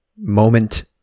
moment